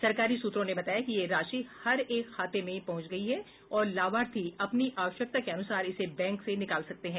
सरकारी सूत्रों ने बताया कि यह राशि हर एक खाते में पहुंच गई है और लाभार्थी अपनी आवश्यकता के अनुसार इसे बैंक से निकाल सकते हैं